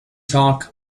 talk